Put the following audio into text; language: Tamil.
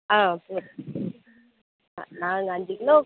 ஆ போதும் நாங்கள் அஞ்சு கிலோ